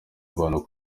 abantu